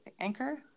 Anchor